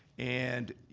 and,